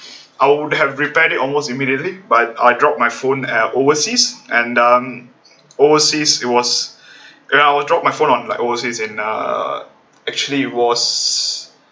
I would have repaired it almost immediately but I dropped my phone at overseas and um overseas it was ya I dropped my phone on like overseas in uh actually was